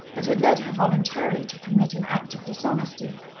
that had led her voluntarily to commit an act of dishonesty,